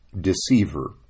deceiver